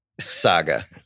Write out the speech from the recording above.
saga